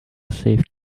safe